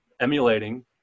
emulating